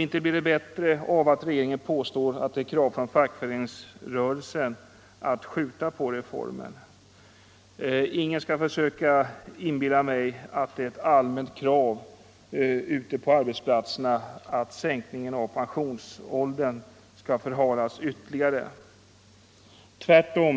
Inte blir det bättre av att regeringen påstår att det är ett krav från fackföreningsrörelsen att skjuta på reformen. Ingen skall försöka inbilla mig att det är ett allmänt krav ute på arbetsplatserna att sänkningen av pensionsåldern skall förhalas ytterligare. Tvärtom